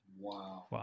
Wow